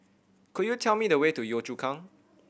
could you tell me the way to Yio Chu Kang